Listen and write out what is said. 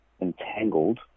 Entangled